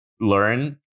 learn